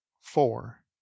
four